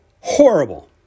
Horrible